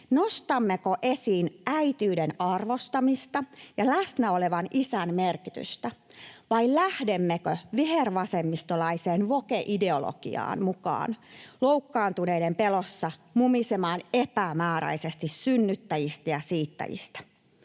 Nostammeko esiin äitiyden arvostamista ja läsnä olevan isän merkitystä vai lähdemmekö vihervasemmistolaiseen woke-ideologiaan mukaan loukkaantuneiden pelossa mumisemaan epämääräisesti synnyttäjistä ja siittäjistä